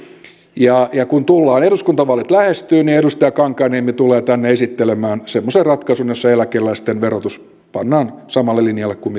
ja ja kun eduskuntavaalit lähestyvät edustaja kankaanniemi tulee tänne esittelemään semmoisen ratkaisun jossa eläkeläisten verotus pannaan samalle linjalle kuin